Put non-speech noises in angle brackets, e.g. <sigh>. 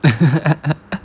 <laughs>